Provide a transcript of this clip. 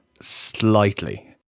Slightly